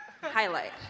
Highlight